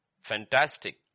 fantastic